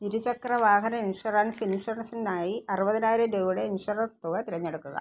ഇരുചക്ര വാഹന ഇൻഷുറൻസ് ഇൻഷുറൻസിനായി അറുപതിനായിരം രൂപയുടെ ഇൻഷുർ തുക തിരഞ്ഞെടുക്കുക